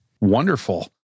Wonderful